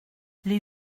les